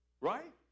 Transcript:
Right